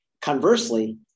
Conversely